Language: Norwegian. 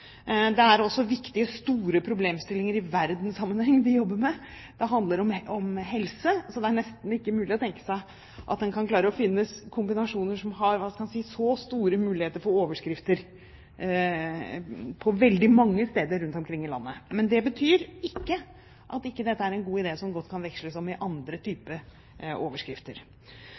Det er også viktige og store problemstillinger i verdenssammenheng de jobber med. Det handler om helse, og det er nesten ikke mulig å tenke seg at en kan klare å finne kombinasjoner som – hva skal en si – har så store muligheter for overskrifter veldig mange steder rundt omkring i landet. Men det betyr ikke at dette ikke er en god idé som godt kan veksles inn i andre typer overskrifter.